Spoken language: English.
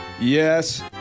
yes